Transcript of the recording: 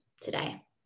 today